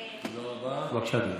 בבקשה, אדוני.